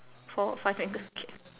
four five and c~ K